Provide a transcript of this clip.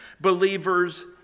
believers